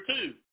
two